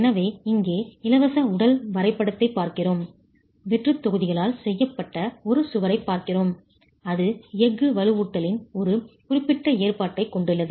எனவே இங்கே இலவச உடல் வரைபடத்தைப் பார்க்கிறோம் வெற்றுத் தொகுதிகளால் செய்யப்பட்ட ஒரு சுவரைப் பார்க்கிறோம் அது எஃகு வலுவூட்டலின் ஒரு குறிப்பிட்ட ஏற்பாட்டைக் கொண்டுள்ளது